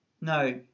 No